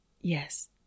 Yes